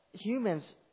humans